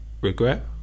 regret